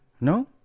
no